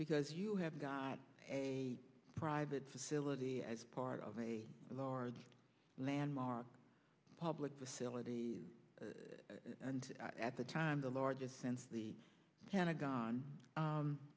because you have got a private facility as part of a large landmark public facility and at the time the largest since the pentagon